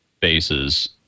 bases